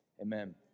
Amen